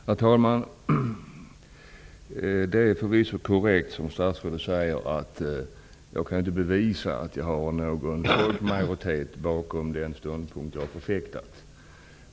Herr talman! Det är förvisso korrekt som statsrådet säger att jag inte kan bevisa att jag har någon stor majoritet bakom den ståndpunkt som jag har förfäktat.